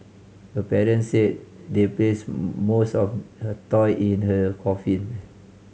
her parents said they placed most of her toy in her coffin